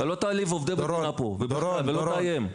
מאיר, אתה לא תעליב עובדי מדינה פה ולא תאיים.